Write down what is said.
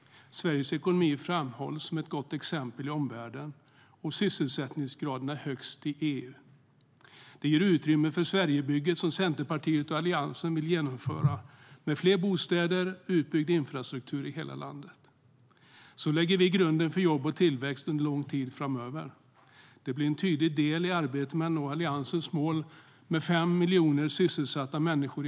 Sveriges ekonomi framhålls som ett gott exempel i omvärlden, och sysselsättningsgraden är högst i EU. Det ger utrymme för Sverigebygget, som Centerpartiet och Alliansen vill genomföra, med fler bostäder och utbyggd infrastruktur i hela landet. Så lägger vi grunden för jobb och tillväxt under lång tid framöver. Det blir en tydlig del i arbetet med att nå Alliansens mål med fem miljoner människor i arbete 2020.